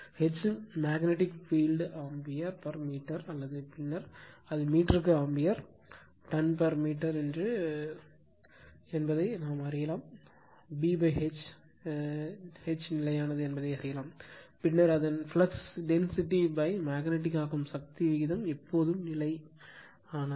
H magnetic field ampere metre அல்லது பின்னர் அது மீட்டருக்கு ஆம்பியர் டன் மீட்டர் என்றும் BH H நிலையானது என்பதை அறியலாம் பின்னர் அதன் ஃப்ளக்ஸ் டென்சிட்டி மேக்னட்டிக் ஆக்கும் சக்தி விகிதம் எப்போதும் நிலையானது